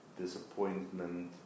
disappointment